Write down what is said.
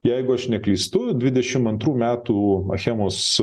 jeigu aš neklystu dvidešimt antrų metų achemos